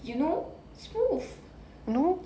you know smooth